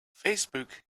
facebook